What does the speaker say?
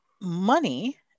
money